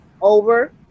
over